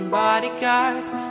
bodyguards